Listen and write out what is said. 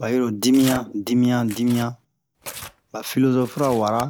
ba'iro dimiyan dimiyan dimiyan ba philosophe ra wara